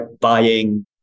buying